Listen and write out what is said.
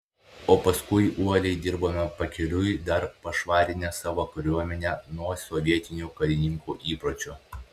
o paskui uoliai dirbome pakeliui dar pašvarinę savo kariuomenę nuo sovietinių karininkų įpročių